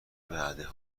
وعده